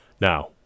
Now